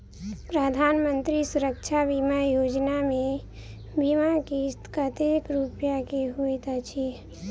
प्रधानमंत्री सुरक्षा बीमा योजना मे बीमा किस्त कतेक रूपया केँ होइत अछि?